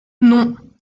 non